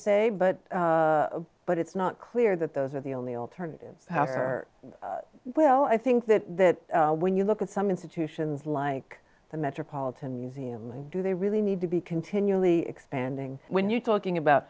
say but but it's not clear that those are the only alternative paths or well i think that that when you look at some institutions like the metropolitan museum do they really need to be continually expanding when you're talking about